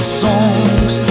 songs